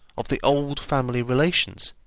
of the old family relations,